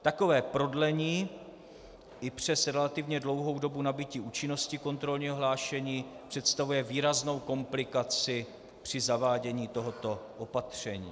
Takové prodlení i přes relativně dlouhou dobu nabytí účinnosti kontrolního hlášení představuje výraznou komplikaci při zavádění tohoto opatření.